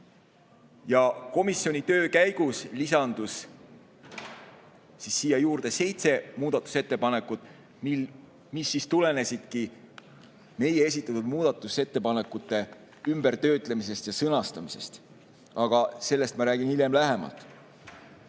Komisjoni töö käigus lisandus siia seitse muudatusettepanekut, mis tulenesid meie esitatud muudatusettepanekute ümbertöötlemisest ja -sõnastamisest. Aga sellest ma räägin hiljem lähemalt.